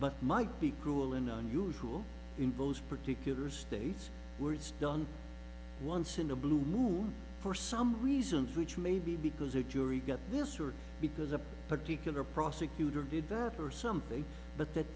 but might be cruel and unusual involves particular states where it's done once in a blue moon for some reasons which may be because a jury got this or because a particular prosecutor did that or something but that